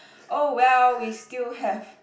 oh well we still have